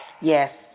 Yes